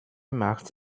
macht